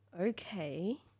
Okay